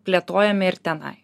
plėtojami ir tenai